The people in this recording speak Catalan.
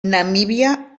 namíbia